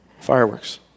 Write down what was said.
Fireworks